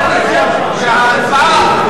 שההצבעה,